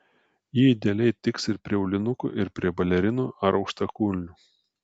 ji idealiai tiks ir prie aulinukų ir prie balerinų ar aukštakulnių